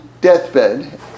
deathbed